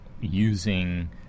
using